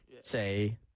say